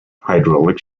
hydraulic